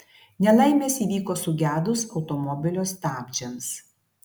nelaimės įvyko sugedus automobilio stabdžiams